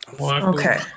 Okay